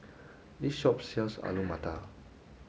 this shop sells Alu Matar